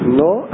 no